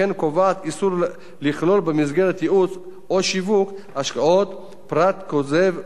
איסור לכלול במסגרת ייעוץ או שיווק השקעות פרט כוזב מהותי.